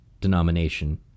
denomination